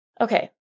Okay